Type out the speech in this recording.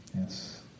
Yes